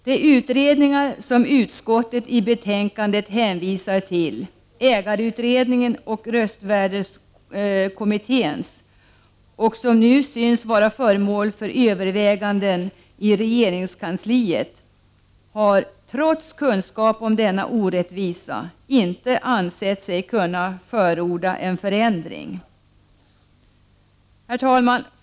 De utredningar som utskottet i betänkandet hänvisar till, ägarutredningen och röstvärdeskommittén — och som nu synes vara föremål för överväganden i regeringskansliet — har trots kunskap om denna orättvisa inte ansett sig kunna förorda en förändring.